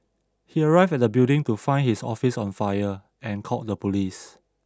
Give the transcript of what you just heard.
he arrived at the building to find his office on fire and called the police